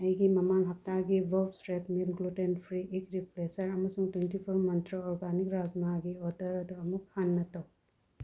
ꯑꯩꯒꯤ ꯃꯃꯥꯡ ꯍꯞꯇꯥꯒꯤ Bob's Red Mill gluten free egg replacer ꯑꯃꯁꯨꯡ ꯇ꯭ꯋꯦꯟꯇꯤ ꯐꯣꯔ ꯃꯟꯇ꯭ꯔ ꯑꯣꯔꯒꯥꯅꯤꯛ ꯔꯥꯖꯃꯥꯒꯤ ꯑꯣꯗꯔ ꯑꯗꯨ ꯑꯃꯨꯛ ꯍꯟꯅ ꯇꯧ